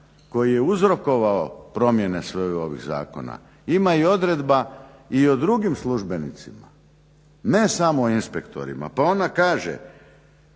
koji je uzrokovao promjene svih ovih zakona, ima odredba i o drugim službenicima, ne samo o inspektorima. Pa ona kaže: